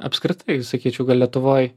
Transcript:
apskritai sakyčiau lietuvoj